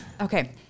Okay